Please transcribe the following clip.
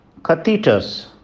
catheters